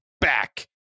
back